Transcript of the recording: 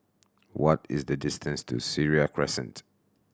what is the distance to Seraya Crescent